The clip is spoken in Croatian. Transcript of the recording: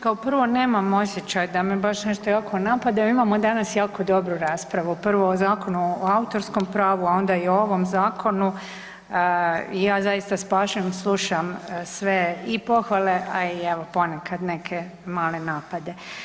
Kao prvo nemam osjećaj da me baš nešto jako napadaju, imamo danas jako dobru raspravu, prvo o Zakonu o autorskom pravu, a onda i o ovom zakonu ja zaista s pažnjom slušam sve i pohvale, a i evo ponekad neke male napade.